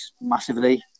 massively